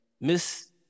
Miss